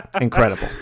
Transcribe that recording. incredible